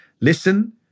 Listen